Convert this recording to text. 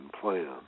plan